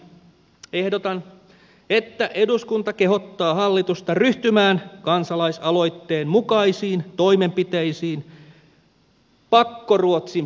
ehdotan että eduskunta kehottaa hallitusta ryhtymään kansalaisaloitteen mukaisiin toimenpiteisiin pakkoruotsin poistamiseksi